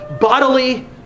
bodily